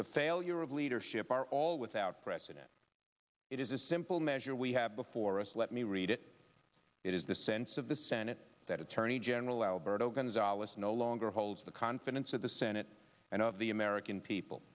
the failure of leadership are all without precedent it is a simple measure we have before us let me read it it is the sense of the senate that attorney general alberto gonzales no longer holds the confidence of the senate and of the american people